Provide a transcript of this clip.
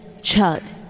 Chud